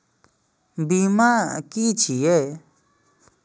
बीमा की छी ये?